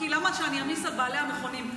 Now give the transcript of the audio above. כי למה שאני אני אעמיס על בעלי המכונים?